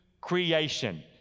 creation